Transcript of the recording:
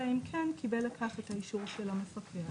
ואלא אם כן קיבל אישור על כך מהמפקח.